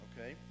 Okay